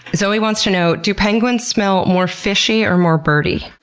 zoe wants to know do penguins smell more fishy or more birdy?